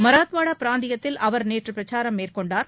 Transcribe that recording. மராத்வாடா பிராந்தியத்தில் அவர் நேற்று பிரச்சாரம் மேற்கொண்டார்